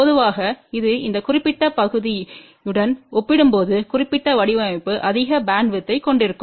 பொதுவாக இது இந்த குறிப்பிட்ட பகுதியுடன் ஒப்பிடும்போது குறிப்பிட்ட வடிவமைப்பு அதிக பேண்ட்வித்யை கொண்டிருக்கும்